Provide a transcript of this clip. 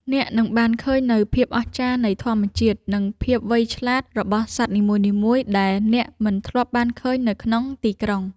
អ្នកនឹងបានឃើញនូវភាពអស្ចារ្យនៃធម្មជាតិ និងភាពវៃឆ្លាតរបស់សត្វនីមួយៗដែលអ្នកមិនធ្លាប់បានឃើញនៅក្នុងទីក្រុង។